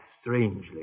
strangely